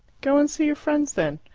go and see your friends then.